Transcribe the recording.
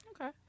Okay